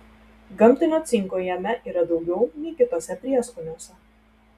gamtinio cinko jame yra daugiau nei kituose prieskoniuose